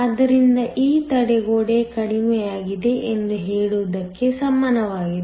ಆದ್ದರಿಂದ ಈ ತಡೆಗೋಡೆ ಕಡಿಮೆಯಾಗಿದೆ ಎಂದು ಹೇಳುವುದಕ್ಕೆ ಸಮಾನವಾಗಿದೆ